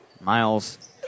Miles